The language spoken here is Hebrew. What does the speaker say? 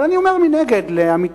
אבל אני אומר מנגד לעמיתינו,